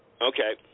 Okay